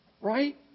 Right